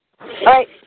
right